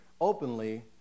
openly